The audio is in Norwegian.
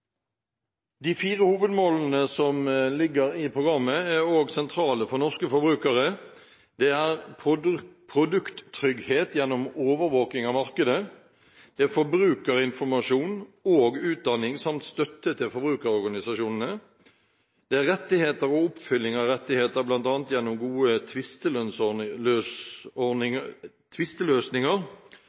De fire hovedmålene som ligger i programmet, er også sentrale for norske forbrukere. Det er produkttrygghet gjennom overvåking av markedet, det er forbrukerinformasjon og -utdanning samt støtte til forbrukerorganisasjonene, det er rettigheter og oppfylling av rettigheter, bl.a. gjennom gode tvisteløsninger,